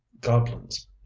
goblins